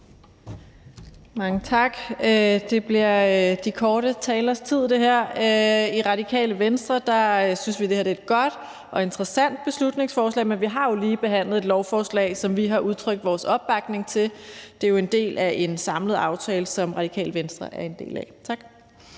Mange tak. Det her bliver de korte talers tid. I Radikale Venstre synes vi, at det her er et godt og interessant beslutningsforslag, men vi har jo lige behandlet et lovforslag, som vi har udtrykt vores opbakning til. Det er jo en del af en samlet aftale, som Radikale Venstre er en del af. Tak.